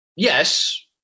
Yes